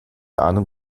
ahnung